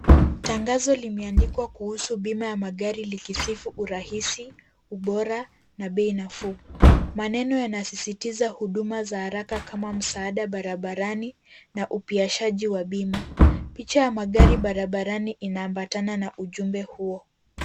Tangazo limeandikwa kuhusu bima ya magari likisifu urahisi, ubora na bei nafuu. Maneno yanasisitiza huduma za haraka kama msaada barabarani na upiashaji wa bima. Picha ya magari barabarani inaambatana na ujumbe huo.